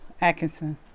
Atkinson